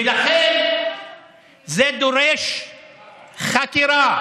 ולכן זה דורש חקירה.